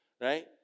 Right